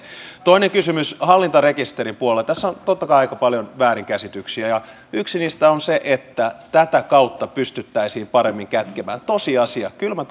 toinen kysymys hallintarekisterin puolella tässä on totta kai aika paljon väärinkäsityksiä ja yksi niistä on se että tätä kautta pystyttäisiin paremmin kätkemään kylmä